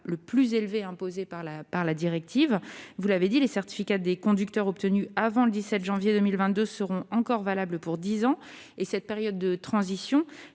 le plus élevé imposé par la directive. Vous l'avez indiqué, les certificats des conducteurs obtenus avant le 17 janvier 2022 seront encore valables pour dix ans. Cette période de transition,